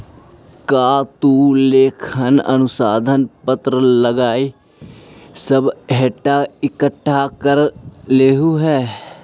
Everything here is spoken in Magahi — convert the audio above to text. का तु लेखांकन अनुसंधान पत्र लागी सब डेटा इकठ्ठा कर लेलहुं हे?